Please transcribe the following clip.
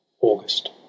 August